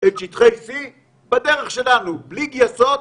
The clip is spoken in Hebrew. את שטחי C בדרך שלנו, בלי גייסות,